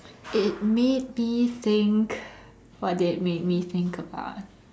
it made me think what did it made me think about